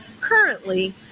currently